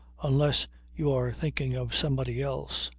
unless you are thinking of somebody else.